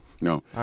No